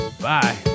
Bye